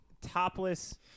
topless